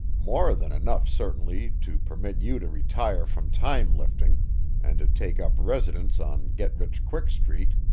more than enough, certainly, to permit you to retire from time-lifting and to take up residence on get-rich-quick street.